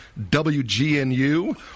WGNU